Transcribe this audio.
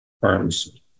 Firms